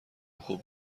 خوب